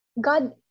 God